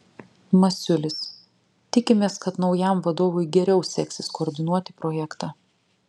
masiulis tikimės kad naujam vadovui geriau seksis koordinuoti projektą